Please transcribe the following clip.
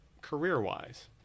career-wise